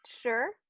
sure